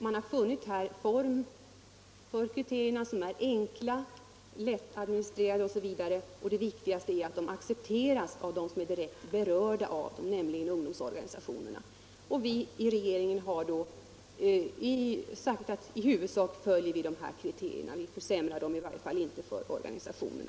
Man har här funnit en form som är enkel, lättadministrerad osv., och det viktigaste är att kriterierna accepteras av dem som är direkt berörda av dem, nämligen ungdomsorganisationerna. Vi i regeringen har sagt att i huvudsak följer vi de här kriterierna. Vi försämrar i varje fall inte villkoren för organisationerna.